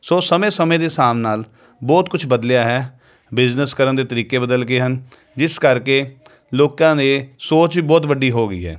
ਸੋ ਸਮੇਂ ਸਮੇਂ ਦੇ ਹਿਸਾਬ ਨਾਲ ਬਹੁਤ ਕੁਛ ਬਦਲਿਆ ਹੈ ਬਿਜਨਸ ਕਰਨ ਦੇ ਤਰੀਕੇ ਬਦਲ ਗਏ ਹਨ ਜਿਸ ਕਰਕੇ ਲੋਕਾਂ ਨੇ ਸੋਚ ਵੀ ਬਹੁਤ ਵੱਡੀ ਹੋ ਗਈ ਹੈ